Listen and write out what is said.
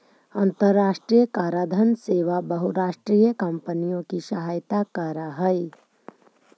अन्तराष्ट्रिय कराधान सेवा बहुराष्ट्रीय कॉम्पनियों की सहायता करअ हई